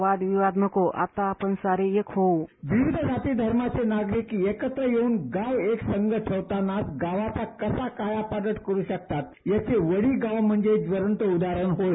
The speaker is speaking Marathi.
वाद विवाद नको आता आपण सारे एक होव् विविध जाती धर्मांचे नागरिक एकत्र येवून गाव एकसंघ ठेवतांना गावाचा कसा काया पालट करू शकतात याचे वडी गाव म्हणजे ज्वलंत उदाहरण होय